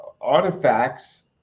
artifacts